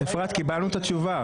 קיבלנו את התשובה,